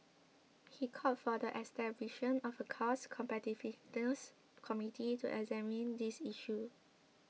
he called for the establishing of a cost competitiveness committee to examine these issues